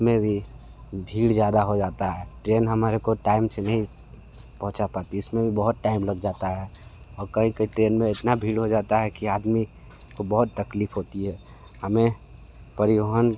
उसमें भी भीड़ ज़्यादा हो जाता है ट्रेन हमारे को टाइम से नहीं पहुँच पाती इसमें भी बहुत टाइम लग जाता है और कहीं कहीं ट्रेन में इतना भीड़ हो जाता है कि आदमी को बहुत तकलीफ होती है हमें परिवहन